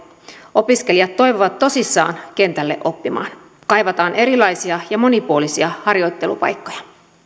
opiskelijat toivovat tosissaan kentälle oppimaan kaivataan erilaisia ja monipuolisia harjoittelupaikkoja